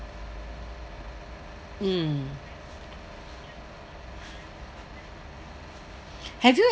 mm have you